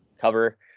cover